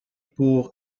pour